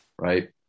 right